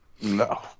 No